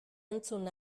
entzun